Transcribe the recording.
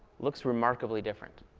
looks remarkably different.